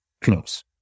close